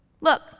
Look